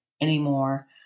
anymore